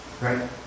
Right